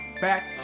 back